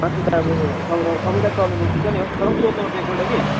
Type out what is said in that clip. मासु त अब सब र सबैलाई चल्ने त चिकनै हो तर पनि सोध्नुपर्छ एकपल्ट कि